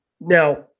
now